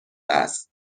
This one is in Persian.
است